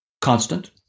constant